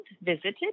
visited